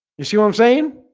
you see what i'm saying